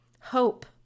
Hope